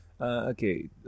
Okay